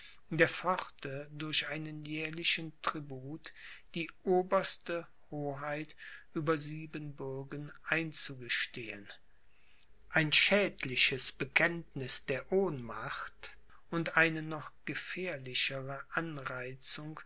der pforte durch einen jährlichen tribut die oberste hoheit über siebenbürgen einzugestehen ein schädliches bekenntniß der ohnmacht und eine noch gefährlichere anreizung